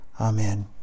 amen